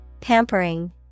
Pampering